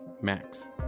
Max